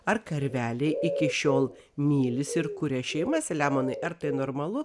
ar karveliai iki šiol mylisi ir kuria šeimas selemonai ar tai normalu